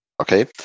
Okay